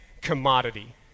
commodity